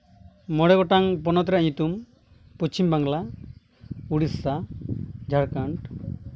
ᱢᱚᱬᱮ ᱜᱚᱴᱟᱝ ᱯᱚᱱᱚᱛ ᱨᱮᱭᱟᱜ ᱧᱩᱛᱩᱢ ᱯᱚᱪᱷᱤᱢ ᱵᱟᱝᱞᱟ ᱩᱲᱤᱥᱥᱟ ᱡᱷᱟᱲᱠᱷᱚᱸᱰ